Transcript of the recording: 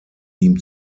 ihm